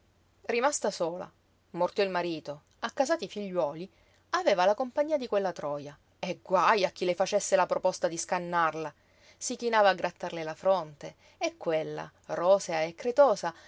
rimasta sola morto il marito accasati i figliuoli aveva la compagnia di quella troja e guaj a chi le facesse la proposta di scannarla si chinava a grattarle la fronte e quella rosea e